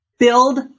Build